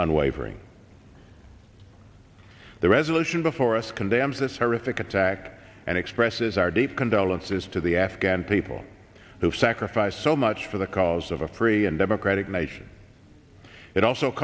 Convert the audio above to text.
unwavering the resolution before us condemns this horrific attack and expresses our deep condolences to the afghan people who have sacrificed so much for the cause of a free and democratic nation it also